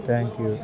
thank you